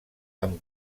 amb